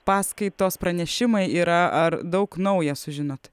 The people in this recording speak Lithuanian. paskaitos pranešimai yra ar daug nauja sužinot